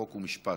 חוק ומשפט.